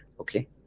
Okay